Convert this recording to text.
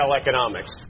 economics